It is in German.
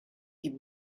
die